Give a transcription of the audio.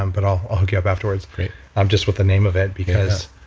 um but i'll hook you up afterwards um just with the name of it because